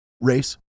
race